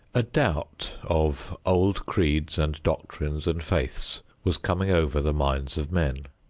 a doubt of old creeds and doctrines and faiths was coming over the minds of men.